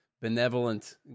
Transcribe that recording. benevolent